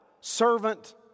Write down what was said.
servant